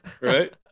right